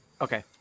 okay